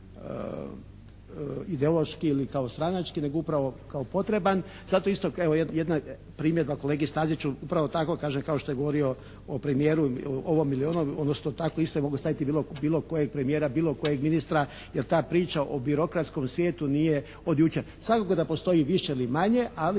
ideološki ili kao stranački nego upravo kao potreban. Zato isto jedna primjedba kolegi Staziću. Upravo tako kaže kao što je govorio o premijeru, o ovom ili onom odnosno tako isto je mogao staviti bilo kojeg premijera, bilo kojeg ministra jer ta priča o birokratskom svijetu nije od jučer. Svakako da postoji više ili manje ali